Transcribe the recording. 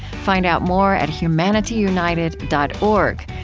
find out more at humanityunited dot org,